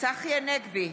צחי הנגבי,